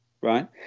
right